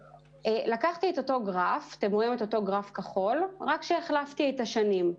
לקחתי את אותו גרף כחול, רק החלפתי את השנים.